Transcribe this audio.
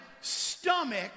stomach